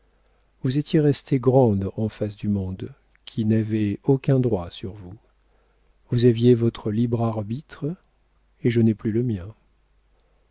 vous étiez restée grande en face du monde qui n'avait aucun droit sur vous vous aviez votre libre arbitre et je n'ai plus le mien